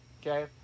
okay